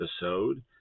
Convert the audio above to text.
episode